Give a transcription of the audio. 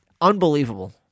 Unbelievable